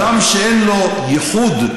אדם שאין לו ייחוד,